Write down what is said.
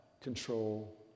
control